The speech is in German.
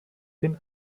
den